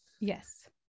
Yes